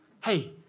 Hey